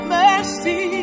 mercy